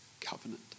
covenant